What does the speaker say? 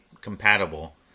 compatible